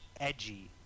edgy